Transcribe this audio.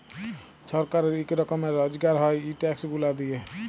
ছরকারের ইক রকমের রজগার হ্যয় ই ট্যাক্স গুলা দিঁয়ে